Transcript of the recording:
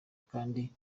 kandi